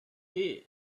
his